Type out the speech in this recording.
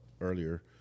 earlier